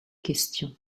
question